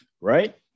Right